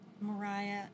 Mariah